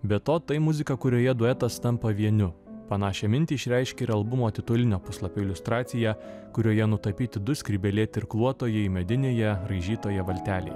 be to tai muzika kurioje duetas tampa vieniu panašią mintį išreiškia ir albumo titulinio puslapio iliustracija kurioje nutapyti du skrybėlėti irkluotojai medinėje raižytoje valtelėje